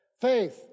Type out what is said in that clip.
Faith